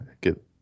get